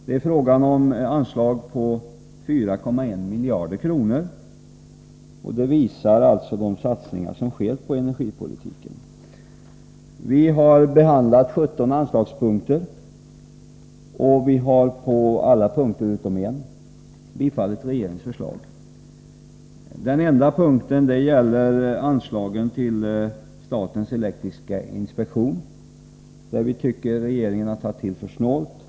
Det är fråga om anslag på 4,1 miljarder kronor, och det visar omfattningen av de satsningar som sker på energipolitikens område. Vi har behandlat 17 anslagspunkter, och vi har på alla punkter utom en tillstyrkt regeringens förslag. Den punkt som inte har tillstyrkts gäller anslagen till statens elektriska inspektion. Vi tycker att regeringen där har tagit till för snålt.